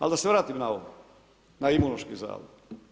Ali da se vratim na ovo, na Imunološki zavod.